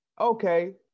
Okay